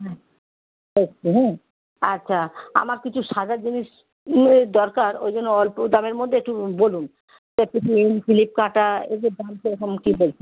হ্যাঁ আচ্ছা হুঁ আচ্ছা আমার কিছু সাজার জিনিস মেয়ের দরকার ওই জন্য অল্প দামের মধ্যে একটু বলুন একটা চেন কিলিপ কাঁটা এসব দাম কীরকম কী বলুন